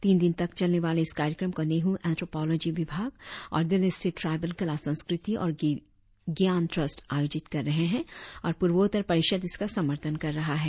तीन दिन तक चलने वाले इस कार्यक्रम को नेहू एंथ्रोपोलॉजी विभाग और दिल्ली स्थित ट्राईबल कला संस्कृति और ज्ञान ट्रस्ट आयोजित कर रहे है और पूर्वोत्तर परिषद इसका समर्थन कर रहा है